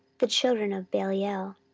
the children of belial,